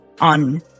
on